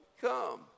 come